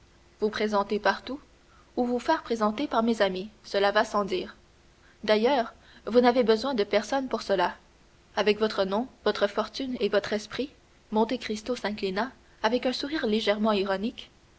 vous présenter partout ou vous faire présenter par mes amis cela va sans dire d'ailleurs vous n'avez besoin de personne pour cela avec votre nom votre fortune et votre esprit monte cristo s'inclina avec un sourire légèrement ironique